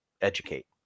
educate